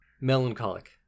Melancholic